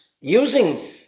using